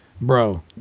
bro